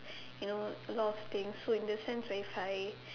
you know a lot of things so in the sense if I